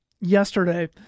yesterday